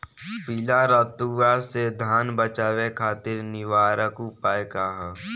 पीला रतुआ से धान बचावे खातिर निवारक उपाय का ह?